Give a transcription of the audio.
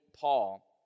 Paul